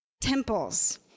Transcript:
temples